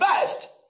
first